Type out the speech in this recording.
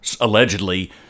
allegedly